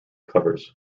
covers